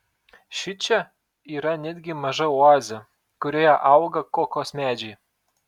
šičia yra netgi maža oazė kurioje auga kokos medžiai